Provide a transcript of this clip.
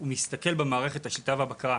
הוא מסתכל במערכת השליטה והבקרה,